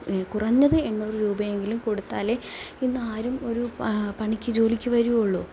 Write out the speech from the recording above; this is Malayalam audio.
കുറഞ്ഞത് എണ്ണൂറ് രൂപയെങ്കിലും കൊടുത്താലേ ഇന്ന് ആരും ഒരു പണിക്ക് ജോലിക്ക് വരുള്ളൂ